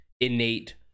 innate